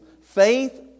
Faith